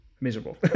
Miserable